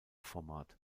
format